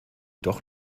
doch